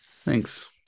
Thanks